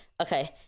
Okay